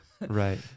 Right